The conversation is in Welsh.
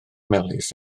melys